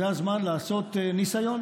זה הזמן לעשות ניסיון,